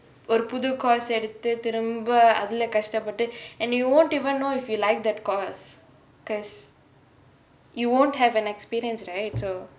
ஒரு புது:oru puthu course எடுத்து திரும்ப அதுலே கஷ்ட்டப்பட்டு:eduthu tirumba athulae kashtepattu and you won't even know if you like that course because you won't have an experienced right so